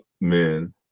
men